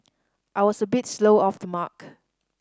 I was a bit slow off the mark